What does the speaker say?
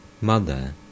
Mother